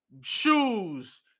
shoes